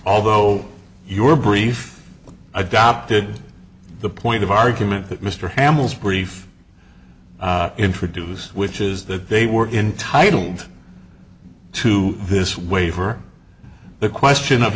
although your brief adopted the point of argument that mr hamill's brief introduced which is that they were entitled to this waiver the question of